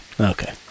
Okay